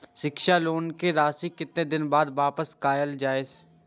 शिक्षा लोन के राशी कतेक दिन बाद वापस कायल जाय छै?